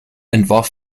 entwarf